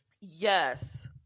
Yes